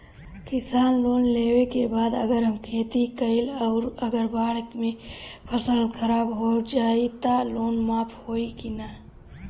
किसान लोन लेबे के बाद अगर हम खेती कैलि अउर अगर बाढ़ मे फसल खराब हो जाई त लोन माफ होई कि न?